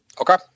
Okay